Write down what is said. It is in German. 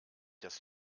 das